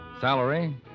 Salary